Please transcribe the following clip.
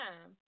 time